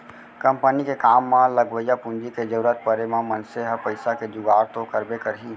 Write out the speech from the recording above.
company के काम म लगवइया पूंजी के जरूरत परे म मनसे ह पइसा के जुगाड़ तो करबे करही